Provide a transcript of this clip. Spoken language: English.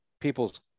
people's